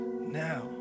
now